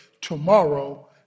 tomorrow